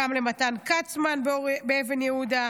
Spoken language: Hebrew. גם למתן כצמן באבן יהודה,